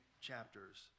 chapters